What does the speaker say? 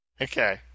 Okay